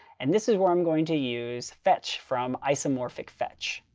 and this is where i'm going to use fetch from isomorphic fetch.